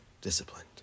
disciplined